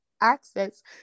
access